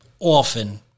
often